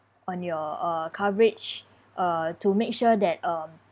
on your uh coverage uh to make sure that um